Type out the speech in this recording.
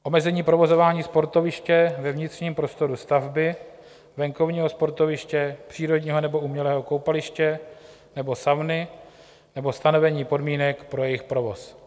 Omezení provozování sportoviště ve vnitřním prostoru stavby, venkovního sportoviště, přírodního nebo umělého koupaliště nebo sauny nebo stanovení podmínek pro jejich provoz.